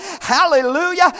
Hallelujah